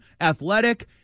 athletic